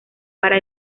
para